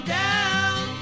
down